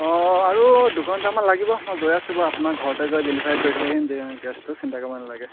অঁ আৰু দুঘণ্টামান লাগিব মই গৈ আছোঁ বাৰু আপোনাৰ ঘৰতে গৈ ডেলিভাৰী কৰি থৈ আহিম গেছটো চিন্তা কৰিব নালাগে